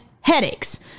headaches